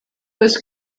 was